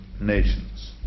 nations